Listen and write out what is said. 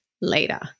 later